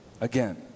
Again